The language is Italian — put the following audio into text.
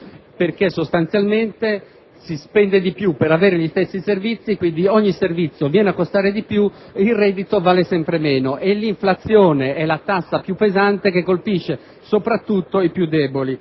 perché sostanzialmente si spende di più per avere gli stessi servizi, quindi ogni servizio viene a costare di più, il reddito vale sempre meno e l'inflazione è la tassa più pesante che colpisce soprattutto i più deboli.